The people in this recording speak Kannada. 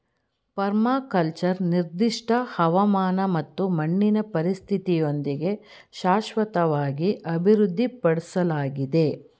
ಪರ್ಮಾಕಲ್ಚರ್ ನಿರ್ದಿಷ್ಟ ಹವಾಮಾನ ಮತ್ತು ಮಣ್ಣಿನ ಪರಿಸ್ಥಿತಿಯೊಂದಿಗೆ ಶಾಶ್ವತವಾಗಿ ಅಭಿವೃದ್ಧಿಪಡ್ಸಲಾಗಿದೆ